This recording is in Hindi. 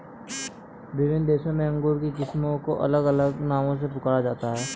विभिन्न देशों में अंगूर की किस्मों को अलग अलग नामों से पुकारा जाता है